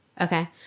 Okay